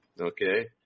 Okay